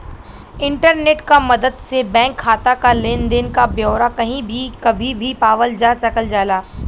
internet क मदद से बैंक खाता क लेन देन क ब्यौरा कही भी कभी भी पावल जा सकल जाला